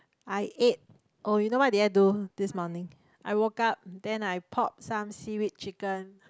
I ate oh you know what did I do this morning I woke up then I pop some seaweed chicken